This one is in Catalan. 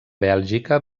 bèlgica